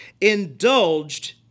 indulged